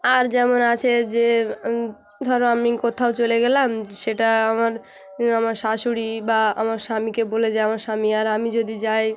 আর যেমন আছে যে ধরো আমি কোথাও চলে গেলাম সেটা আমার আমার শাশুড়ি বা আমার স্বামীকে বলে যাই আমার স্বামী আর আমি যদি যাই